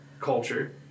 culture